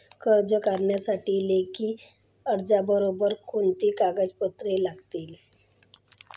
कर्ज करण्यासाठी लेखी अर्जाबरोबर कोणती कागदपत्रे लागतील?